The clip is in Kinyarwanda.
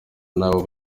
n’abo